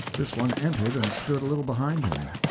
this one entered and stood a little behind him.